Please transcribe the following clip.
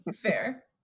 fair